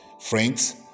friends